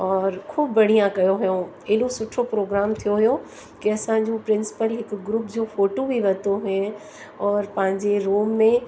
और ख़ूबु बढ़िया कयो हुओ हेॾो सुठो प्रोग्राम थियो हुओ कि असांजूं प्रिंसपल हिकु ग्रुप जो फोटो बि वरितो हुओ पर पंहिंजे रूम में